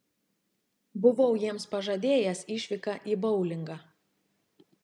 buvau jiems pažadėjęs išvyką į boulingą